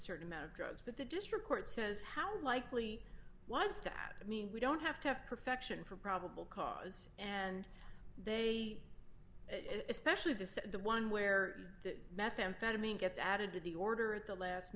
certain amount of drugs but the district court says how likely was that i mean we don't have to have perfection for probable cause and they especially this the one where the methamphetamine gets added to the order at the last